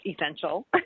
essential